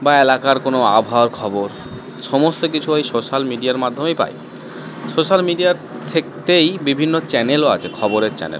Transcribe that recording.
বা এলাকার কোনও আবহাওয়ার খবর সমস্ত কিছু ওই সোশ্যাল মিডিয়ার মাধ্যমেই পায় সোশ্যাল মিডিয়ার থেকেই বিভিন্ন চ্যানেলও আছে খবরের চ্যানেল